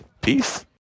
Peace